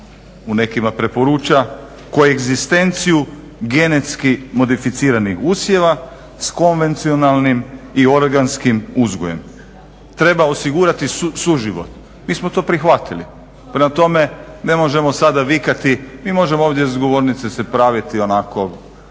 u nekima preporuča koegzistenciju genetski modificiranih usjeva s konvencionalnim i organskim uzgojem. Treba osigurati suživot. Mi smo to prihvatili, prema tome ne možemo sada vikati, mi možemo ovdje s govornice se praviti onako